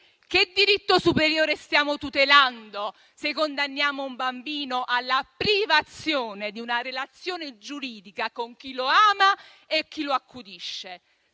Quale diritto superiore stiamo tutelando, se condanniamo un bambino alla privazione di una relazione giuridica con chi lo ama e chi lo accudisce?